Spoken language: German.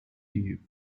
die